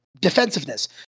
defensiveness